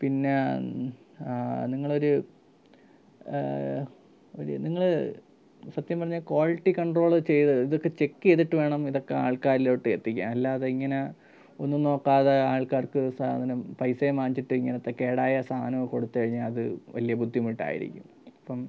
പിന്നെ നിങ്ങളൊരു ഒരു നിങ്ങള് സത്യം പറഞ്ഞാൽ ക്വാളിറ്റി കണ്ട്രോള് ചെയ്ത് ഇതൊക്കെ ചെക്ക് വേണം ഇതൊക്കെ ആൾക്കാരിലോട്ട് എത്തിക്കാൻ അല്ലാതെ ഇങ്ങനെ ഒന്നും നോക്കാതെ ആൾക്കാർക്ക് സാധനം പൈസയും വാങ്ങിച്ചിട്ട് ഇങ്ങനത്തെ കേടായ സാധനമൊക്കെ കൊടുത്ത് കഴിഞ്ഞാൽ അത് വലിയ ബുദ്ധിമുട്ടായിരിക്കും ഇപ്പം